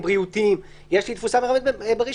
בריאותיים יש לי תפוסה מרבית ברישיון,